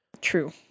True